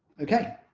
okay